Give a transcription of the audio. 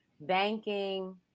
banking